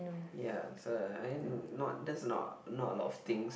ya so I not that's not not a lot of things